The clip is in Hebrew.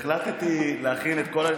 החלטתי להכין,